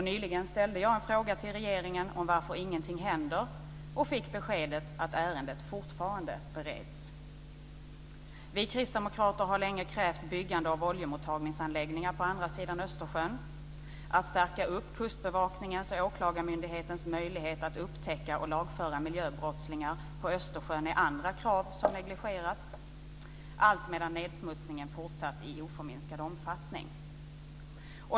Nyligen ställde jag en fråga till regeringen om varför ingenting händer och fick beskedet att ärendet fortfarande bereds. Vi kristdemokrater har länge krävt byggande av oljemottagningsanläggningar på andra sidan Östersjön. Att stärka Kustbevakningens och åklagarmyndighetens möjligheter att upptäcka och lagföra miljöbrottslingar på Östersjön är andra krav som negligerats. Alltmedan nedsmutsningen fortsatt i oförminskad omfattning.